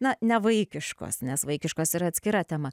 na nevaikiškos nes vaikiškos yra atskira tema